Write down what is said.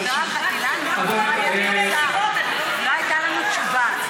אני מסבירה לך, לא הייתה לנו תשובה.